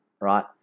right